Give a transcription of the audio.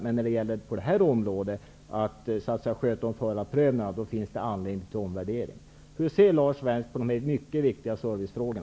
Men när det gäller att sköta om förarprövning finns det anledning till omvärdering. Hur ser Lars Svensk på dessa mycket viktiga servicefrågor?